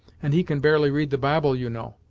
and he can barely read the bible you know.